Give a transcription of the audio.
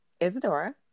Isadora